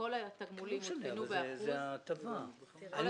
כל